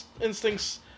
instincts